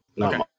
Okay